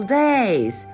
days